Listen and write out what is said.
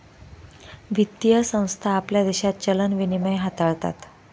वित्तीय संस्था आपल्या देशात चलन विनिमय हाताळतात